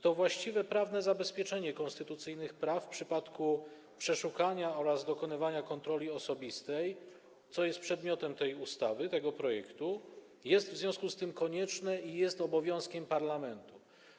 To właściwe prawne zabezpieczenie konstytucyjnych praw w przypadku przeszukania oraz dokonywania kontroli osobistej, co jest przedmiotem tego projektu ustawy, jest w związku z tym konieczne i jest obowiązkiem parlamentu.